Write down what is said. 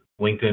LinkedIn